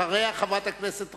אחריה, חברת הכנסת רגב.